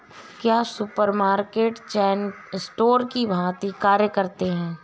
क्या supermarket chain store की भांति कार्य करते हैं?